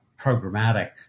programmatic